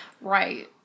Right